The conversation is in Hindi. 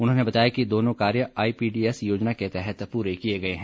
उन्होंने बताया कि दोनों कार्य आईपीडीएस योजना के तहत पूरे किए गए हैं